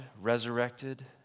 resurrected